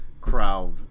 crowd